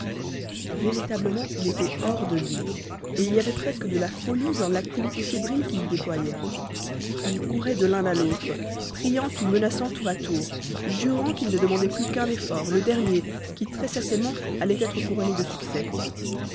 véritablement il était hors de lui et il y avait presque de la folie dans l'activité fébrile qu'il déployait il courait de l'un à l'autre priant ou menaçant tour à tour jurant qu'il ne demandait plus qu'un effort le dernier qui très-certainement allait être couronné de succès